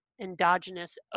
endogenous